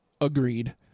Agreed